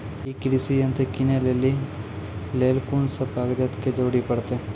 ई कृषि यंत्र किनै लेली लेल कून सब कागजात के जरूरी परतै?